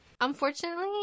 Unfortunately